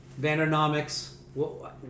Vandernomics